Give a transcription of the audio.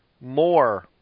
more